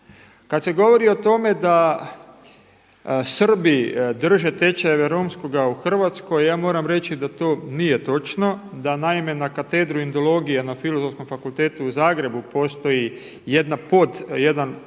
Kada se govori o tome da Srbi drže tečajeve romskoga u Hrvatskoj, ja moram reći da to nije točno, da naime na Katedru indologije na Filozofskom fakultetu u Zagrebu postoji jedan podkatedra